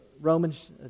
Romans